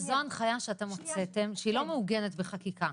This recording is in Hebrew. זו הנחיה שאתם הוצאתם שהיא לא מעוגנת בחקיקה.